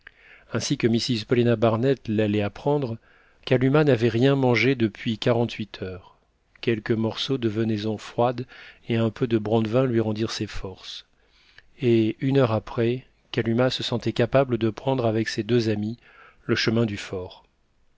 ainsi que mrs paulina barnett l'allait apprendre kalumah n'avait rien mangé depuis quarante-huit heures quelques morceaux de venaison froide et un peu de brandevin lui rendirent ses forces et une heure après kalumah se sentait capable de prendre avec ses deux amies le chemin du fort